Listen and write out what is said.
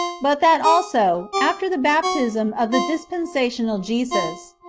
but that also, after the baptism of the dispensational jesus,